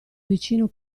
vicino